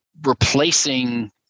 replacing